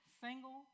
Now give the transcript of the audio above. single